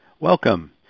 Welcome